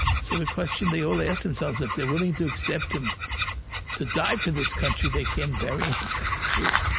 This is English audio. so the question they all ask themselves if they're willing to accept him to die for this country, they can't bury him as a jew.